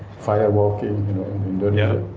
fire walking yeah,